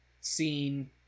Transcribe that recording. scene